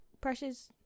Precious